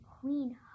queen